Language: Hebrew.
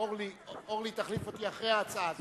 אורלי, אורלי תחליף אותי אחרי ההצעה הזאת.